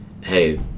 hey